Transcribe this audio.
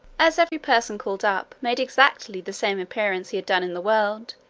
as every person called up made exactly the same appearance he had done in the world,